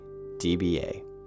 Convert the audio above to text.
DBA